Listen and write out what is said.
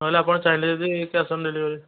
ନହେଲେ ଆପଣ ଚାହିଁଲେ ଯଦି କ୍ୟାସ୍ ଅନ୍ ଡେଲିଭରି